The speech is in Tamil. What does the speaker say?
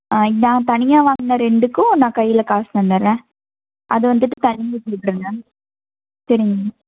ஆ நான் தனியா வாங்கின ரெண்டுக்கும் நான் கையில் காசு தந்துடுறேன் அது வந்துட்டு தனியாக கொடுத்துருங்க சரிங்க